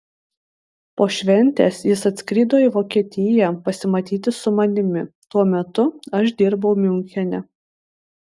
po šventės jis atskrido į vokietiją pasimatyti su manimi tuo metu aš dirbau miunchene